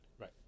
Right